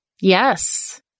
Yes